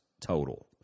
total